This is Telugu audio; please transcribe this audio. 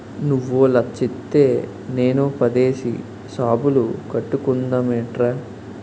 నువ్వో లచ్చిత్తే నేనో పదేసి సాపులు కట్టుకుందమేట్రా